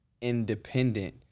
independent